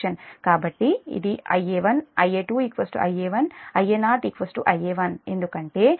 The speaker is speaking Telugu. కాబట్టి ఇది Ia1 Ia2 Ia1 Ia0 Ia1 ఎందుకంటే అన్నీ13 Ia